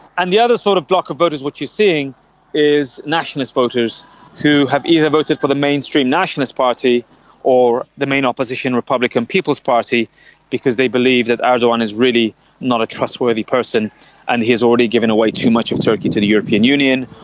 and the other sort of block of voters which you are seeing is nationalist voters who have either voted for the mainstream nationalist party or the main opposition republican people's party because they believe that erdogan is really not a trustworthy person and he has already given away too much of turkey to the european union.